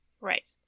Right